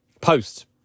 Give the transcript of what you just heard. post